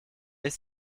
ist